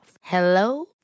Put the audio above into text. Hello